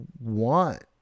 want